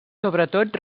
sobretot